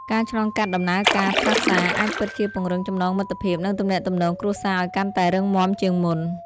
ការឆ្លងកាត់ដំណើរការផ្សះផ្សា អាចពិតជាពង្រឹងចំណងមិត្តភាព និងទំនាក់ទំនងគ្រួសារឱ្យកាន់តែរឹងមាំជាងមុន។